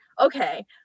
Okay